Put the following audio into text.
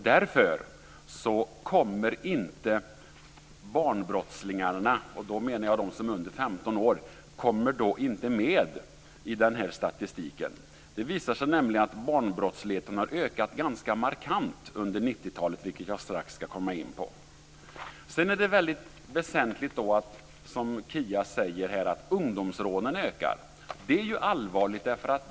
Därför kommer inte barnbrottslingarna - och då menar jag de som är under 15 år - inte med i statistiken. Det visar sig nämligen att barnbrottsligheten har ökat ganska markant under 90-talet, vilket jag strax ska komma in på. Sedan är det väsentligt, som Kia säger, att ungdomsrånen ökar. Det är allvarligt.